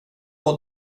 och